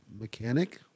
mechanic